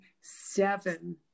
seven